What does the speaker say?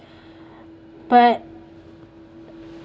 but